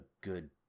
good